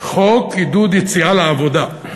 חוק עידוד יציאה לעבודה.